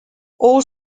all